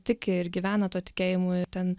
tiki ir gyvena tuo tikėjimu ir ten